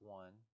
one